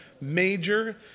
major